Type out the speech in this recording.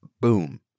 boom